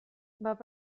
bat